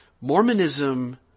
Mormonism